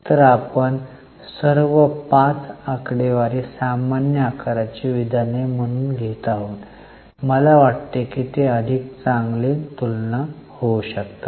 तर आता आपण सर्व 5 आकडेवारी सामान्य आकाराची विधाने म्हणून घेत आहोत आणि मला वाटते की ते अधिक चांगले तुलना होऊ शकतात